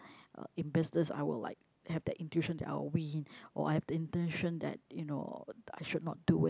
uh in business I would like have the intuition that I would win or I have the intention that you know I should not do it